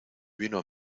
vino